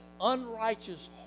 unrighteous